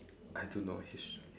I don't know his